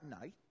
night